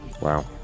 Wow